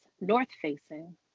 north-facing